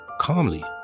calmly